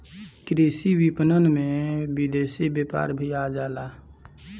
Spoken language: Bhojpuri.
कृषि विपणन में विदेशी व्यापार भी आ जाला